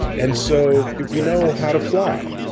and so we know how to fly.